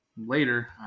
later